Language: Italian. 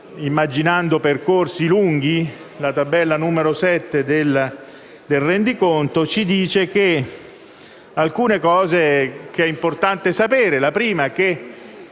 immaginando percorsi lunghi. La tabella n. 7 del rendiconto ci dice alcune cose che è importante sapere. La prima è che